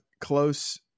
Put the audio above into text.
close